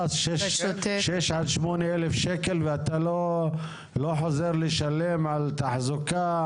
8,000-6,000 שקלים ואתה לא חוזר לשלם על תחזוקה?